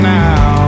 now